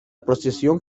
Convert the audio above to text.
procesión